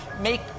make